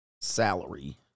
salary